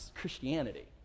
Christianity